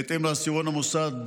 בהתאם לעשירון המוסד,